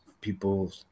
people